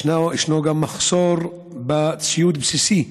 ישנו גם מחסור בציוד בסיסי,